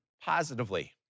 positively